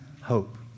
hope